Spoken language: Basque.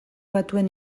batuen